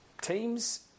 Teams